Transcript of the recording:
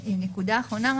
ונקודה אחרונה,